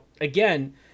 again